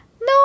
No